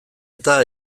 eta